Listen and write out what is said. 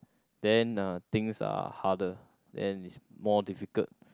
then uh things are harder then its more difficult